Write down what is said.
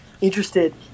interested